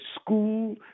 School